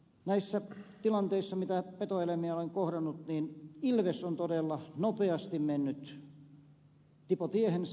näissä tilanteissa missä petoeläimiä olen kohdannut ilves on todella nopeasti mennyt tipotiehensä